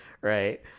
right